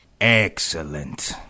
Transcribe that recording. Excellent